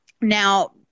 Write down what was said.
now